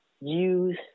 use